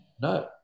No